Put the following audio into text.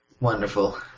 Wonderful